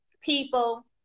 people